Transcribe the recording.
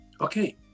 okay